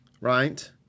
right